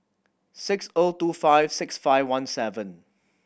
six O two five six five one seven